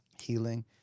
Healing